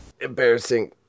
Embarrassing